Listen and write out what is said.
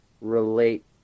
relate